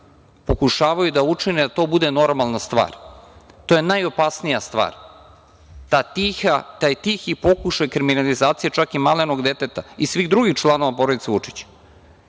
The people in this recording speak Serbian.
pokušavaju da učine da to bude normalna stvar. To je najopasnija stvar, taj tihi pokušaj kriminalizacije čak i malenog deteta i svih drugih članova porodice Vučić. Onda